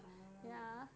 orh